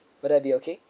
would that be okay